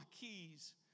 keys